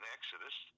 Exodus